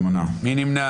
הצבעה לא אושרה